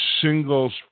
single